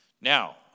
Now